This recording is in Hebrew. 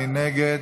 מי נגד?